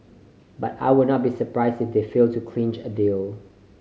but I would not be surprised if they fail to clinch a deal